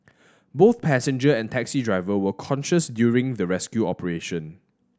both passenger and taxi driver were conscious during the rescue operation